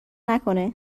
نکنه